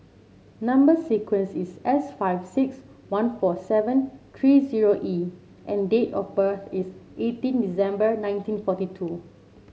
number sequence is S five six one four seven three zero E and date of birth is eighteen December nineteen forty two